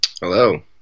Hello